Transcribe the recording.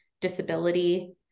disability